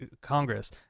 Congress